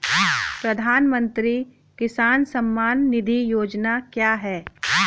प्रधानमंत्री किसान सम्मान निधि योजना क्या है?